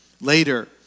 Later